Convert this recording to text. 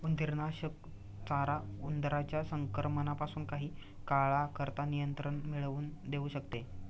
उंदीरनाशक चारा उंदरांच्या संक्रमणापासून काही काळाकरता नियंत्रण मिळवून देऊ शकते